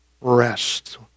rest